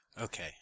Okay